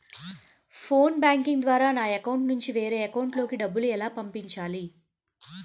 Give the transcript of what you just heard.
Phone banking ద్వారా నా account నుంచి వేరే అకౌంట్ లోకి డబ్బులు ఎలా పంపించాలి?